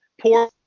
poor